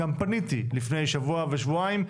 גם פניתי לפני שבוע ושבועיים,